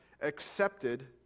accepted